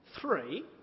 Three